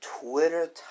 Twitter